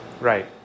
Right